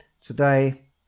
today